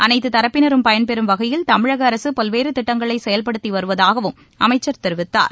அனைத்துத் தரப்பினரும் பயன்பெறும் வகையில் தமிழக அரசு பல்வேறு திட்டங்களை செயல்படுத்தி வருவதாகவும் அமைச்சர் தெரிவித்தார்